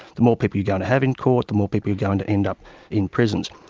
the more people you're going to have in court, the more people you're going to end up in prisons.